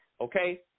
okay